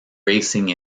racing